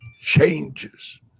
changes